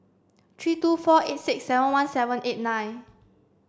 three two four eight six seven one seven eight nine